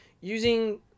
using